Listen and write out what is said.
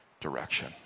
direction